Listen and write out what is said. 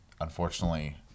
unfortunately